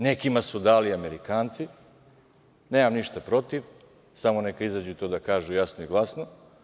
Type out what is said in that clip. Nekima su dali Amerikanci, nemam ništa protiv, samo neka izađu tu da kažu jasno i glasno.